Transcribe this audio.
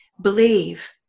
believe